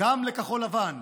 גם לכחול לבן,